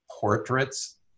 portraits